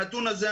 הנתון הזה,